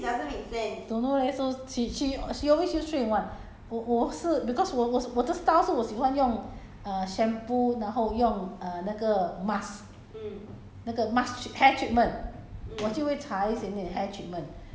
three in one that's why call three in one mah don't know leh so she she she always use three in one 我我是 because 我我是我的 style 是我喜欢用 err shampoo 然后用 err 那个 mask